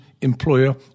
employer